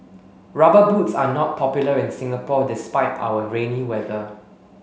rubber boots are not popular in Singapore despite our rainy weather